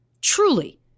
truly